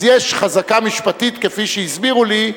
אז יש חזקה משפטית כפי שהסבירו לי,